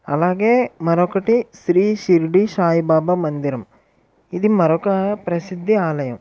అలాగే మరొకటి శ్రీ షిరిడి సాయిబాబా మందిరం ఇది మరొక ప్రసిద్ధి ఆలయం